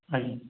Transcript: ଆଜ୍ଞା